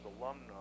alumni